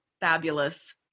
fabulous